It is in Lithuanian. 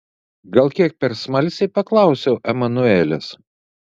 gal kiek per smalsiai paklausiau emanuelės